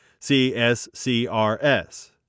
CSCRS